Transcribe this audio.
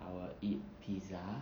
I will eat pizza